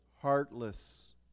heartless